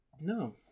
No